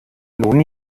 nun